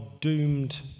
doomed